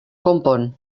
konpon